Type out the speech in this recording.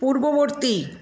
পূর্ববর্তী